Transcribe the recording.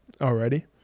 already